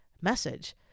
message